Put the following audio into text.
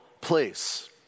place